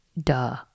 duh